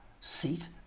seat